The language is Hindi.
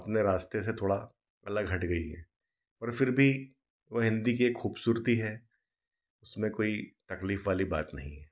अपने रास्ते से थोड़ा अलग हट गई है पर फिर भी वो हिंदी की खूबसूरती है उसमें कोई तकलीफ वाली बात नहीं है